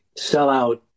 sellout